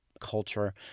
culture